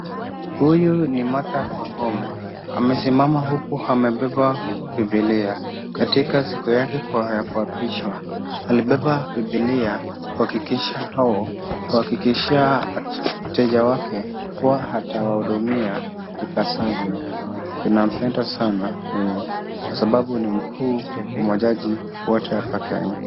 Huyu ni Martha Koome amesimama huku amebeba Biblia katika siku yake ya kuapishwa. Alibeba Biblia kuhakikishia wateja wake kuwa atawahudumia ipasavyo. Tunampenda sana huyu kwa sababu ni mkuu wa majaji wote hapa Kenya.